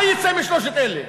מה יצא משלושת אלה?